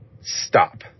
stop